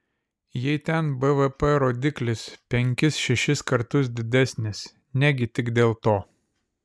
jei ten bvp rodiklis penkis šešis kartus didesnis negi tik dėl to